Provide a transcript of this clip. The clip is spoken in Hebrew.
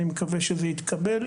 אני מקווה שזה יתקבל.